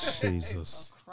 Jesus